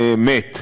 מת,